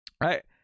Right